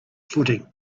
footing